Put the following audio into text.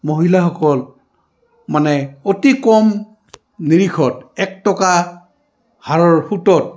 মহিলাসকল মানে অতি কম নিৰিষত এক টকা হাৰৰ সুতত